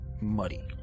muddy